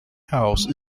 house